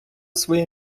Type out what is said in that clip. своє